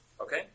Okay